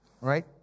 right